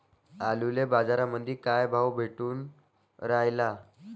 आलूले बाजारामंदी काय भाव भेटून रायला?